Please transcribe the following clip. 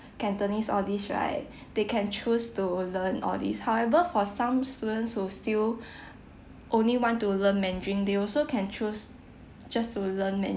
cantonese all these right they can choose to learn all these however for some students who still only want to learn mandarin they also can choose just to learn